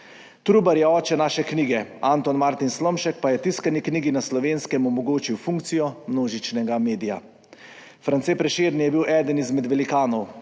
Trubar je oče naše knjige, Anton Martin Slomšek pa je tiskani knjigi na Slovenskem omogočil funkcijo množičnega medija. France Prešeren je bil eden izmed velikanov,